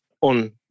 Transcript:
on